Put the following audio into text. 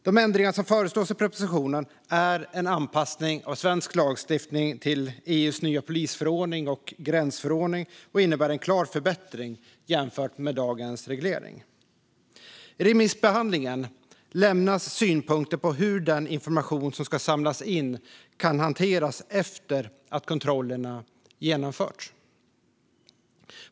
De ändringar som föreslås i propositionen är en anpassning av svensk lagstiftning till EU:s nya polisförordning och gränsförordning och innebär en klar förbättring jämfört med dagens reglering. I remissbehandlingen lämnas synpunkter på hur den information som samlas in kan hanteras efter att kontrollerna genomförts.